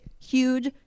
huge